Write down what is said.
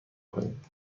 کنید